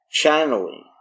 channeling